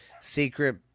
secret